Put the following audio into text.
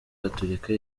gatolika